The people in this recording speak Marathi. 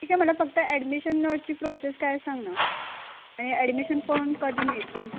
ठीक आहे मला फक्त ॲडमिशन्नची प्रोसेस काय आहे सांग ना आणि ॲडमिशन फॉन कधी मिळतील